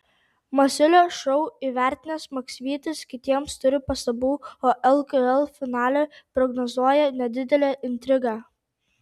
masiulio šou įvertinęs maksvytis kitiems turi pastabų o lkl finale prognozuoja nedidelę intrigą